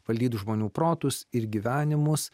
valdyt žmonių protus ir gyvenimus